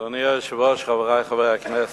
אדוני היושב-ראש, חברי חברי הכנסת,